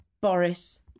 Boris